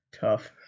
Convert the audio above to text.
Tough